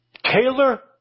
Taylor